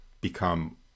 become